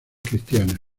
cristianas